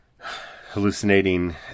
Hallucinating